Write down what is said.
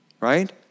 Right